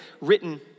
written